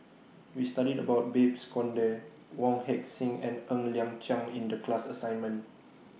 We studied about Babes Conde Wong Heck Sing and Ng Liang Chiang in The class assignment